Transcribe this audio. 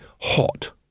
hot